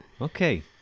Okay